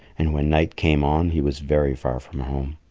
and when night came on he was very far from home.